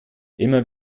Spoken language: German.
immer